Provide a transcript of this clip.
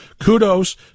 kudos